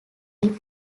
clip